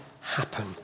happen